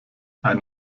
ein